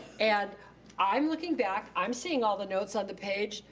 and i'm looking back, i'm seeing all the notes on the page.